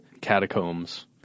catacombs